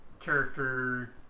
character